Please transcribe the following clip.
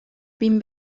bin